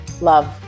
Love